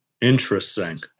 Interesting